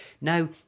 Now